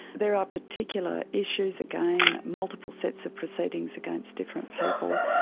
there are particular issues, again, multiple sets of proceedings against different people,